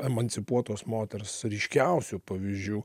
emancipuotos moters ryškiausių pavyzdžių